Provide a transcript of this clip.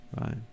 Right